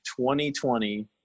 2020